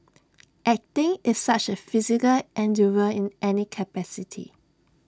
acting is such A physical endeavour in any capacity